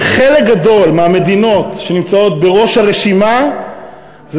חלק גדול מהמדינות שנמצאות בראש הרשימה הן